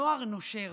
נוער נושר,